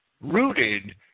rooted